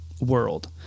world